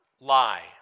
lie